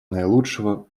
наилучшего